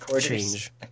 change